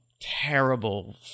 terrible